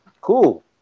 cool